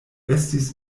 estis